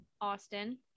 Austin